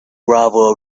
gravel